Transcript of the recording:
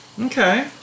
Okay